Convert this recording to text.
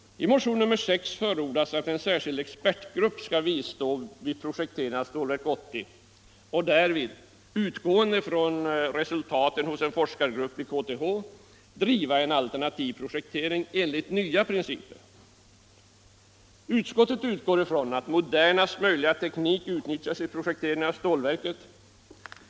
I motion nr 6 förordas att en särskild expertgrupp skall bistå vid projekteringen av Stålverk 80 och därvid, utgående från resultaten hos en forskargrupp vid KTH, driva en alternativ projektering enligt nya principer. Utskottet utgår ifrån att modernaste möjliga teknik utnyttjas vid projekteringen av stålverket.